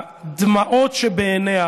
הדמעות שבעיניה